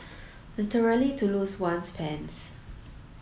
literally to lose one's pants